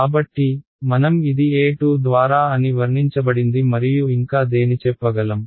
కాబట్టి మనం ఇది E2 ద్వారా అని వర్ణించబడింది మరియు ఇంకా దేనిచెప్పగలం